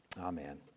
Amen